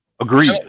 Agreed